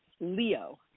Leo